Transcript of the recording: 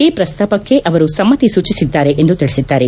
ಈ ಪ್ರಸ್ತಾವಕ್ಷೆ ಅವರು ಸಮ್ನತಿ ಸೂಚಿಸಿದ್ದಾರೆ ಎಂದು ತಿಳಿಸಿದ್ದಾರೆ